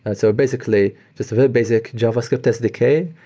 and so basically just a very basic javascript sdk,